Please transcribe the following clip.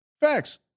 facts